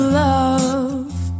love